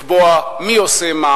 לקבוע מי עושה מה